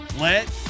let